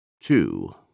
Two